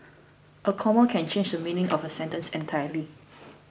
a comma can change the meaning of a sentence entirely